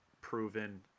proven